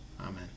Amen